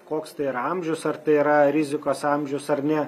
koks tai yra amžius ar tai yra rizikos amžius ar ne